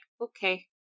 okay